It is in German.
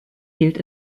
gilt